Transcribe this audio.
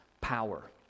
power